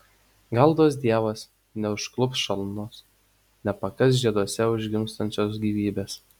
gal duos dievas neužklups šalnos nepakąs žieduose užgimstančios gyvybės